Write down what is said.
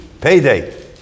payday